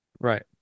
right